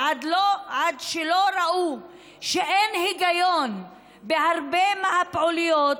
ועד שלא ראו שאין היגיון בהרבה מהפעילויות,